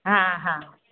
हा हा